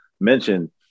mentioned